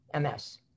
ms